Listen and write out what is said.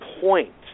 point